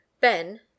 Ben